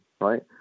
right